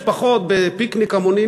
משפחות בפיקניק המוני,